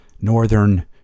northern